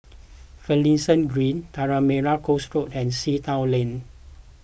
Finlayson Green Tanah Merah Coast Road and Sea Town Lane